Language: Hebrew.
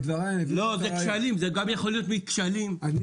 זה גם יכול להיות מכשלים ארגוניים,